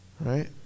right